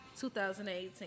2018